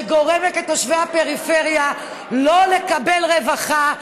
שגורמת לתושבי הפריפריה לא לקבל רווחה,